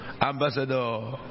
Ambassador